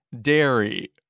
dairy